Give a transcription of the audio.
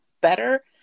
better